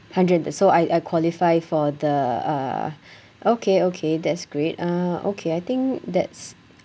hundred so I I qualify for the uh okay okay that's great uh okay I think that's